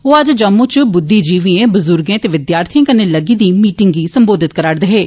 ओ अज्ज जम्मू च बुद्विजीविएं बुजुर्गे ते विद्यार्थिएं कन्नै लग्गी दी मीटिंग गी सम्बोधित करारदे हे